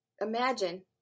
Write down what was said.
imagine